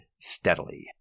steadily